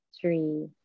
three